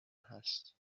هست